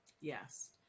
Yes